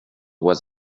was